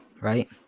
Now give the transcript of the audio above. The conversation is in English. right